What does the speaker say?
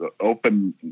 open –